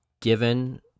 given